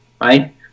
right